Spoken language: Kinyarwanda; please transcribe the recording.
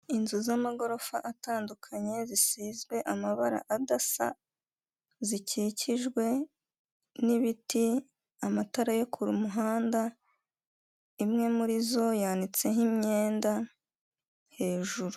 Inzu z'amagorofa atandukanye zisizwe amabara adasa zikikijwe n'ibiti, amatara yo ku muhanda imwe muri zo yanitseho imyenda hejuru.